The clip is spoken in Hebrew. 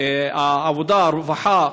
שר העבודה והרווחה,